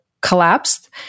collapsed